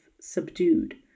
subdued